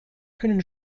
können